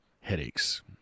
Headaches